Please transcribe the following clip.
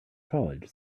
college